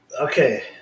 Okay